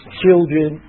children